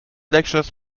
lectures